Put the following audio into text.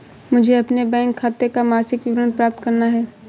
मुझे अपने बैंक खाते का मासिक विवरण प्राप्त करना है?